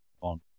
on